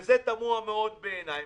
וזה תמוה מאוד בעיניי.